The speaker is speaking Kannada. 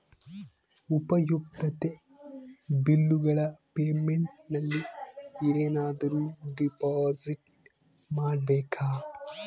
ಉಪಯುಕ್ತತೆ ಬಿಲ್ಲುಗಳ ಪೇಮೆಂಟ್ ನಲ್ಲಿ ಏನಾದರೂ ಡಿಪಾಸಿಟ್ ಮಾಡಬೇಕಾ?